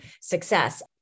success